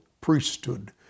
priesthood